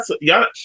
Y'all